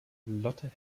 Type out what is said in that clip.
lotte